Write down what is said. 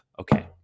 Okay